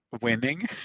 winning